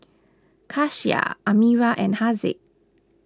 Kasih Amirah and Haziq